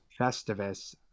Festivus